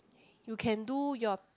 you can do your